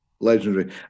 legendary